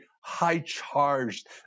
high-charged